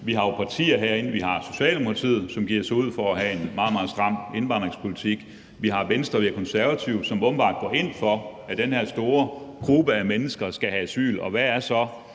vi har jo partier herinde – vi har Socialdemokratiet, som udgiver sig for at have en meget, meget stram indvandringspolitik; vi har Venstre og Konservative – som åbenbart går ind for, at den her store gruppe af mennesker skal have asyl. Og indirekte